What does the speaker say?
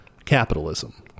capitalism